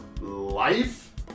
life